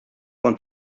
want